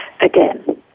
again